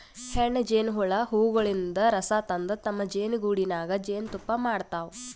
ಹೆಣ್ಣ್ ಜೇನಹುಳ ಹೂವಗೊಳಿನ್ದ್ ರಸ ತಂದ್ ತಮ್ಮ್ ಜೇನಿಗೂಡಿನಾಗ್ ಜೇನ್ತುಪ್ಪಾ ಮಾಡ್ತಾವ್